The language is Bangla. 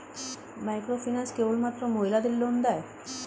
মাইক্রোফিন্যান্স কেবলমাত্র মহিলাদের লোন দেয়?